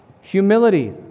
Humility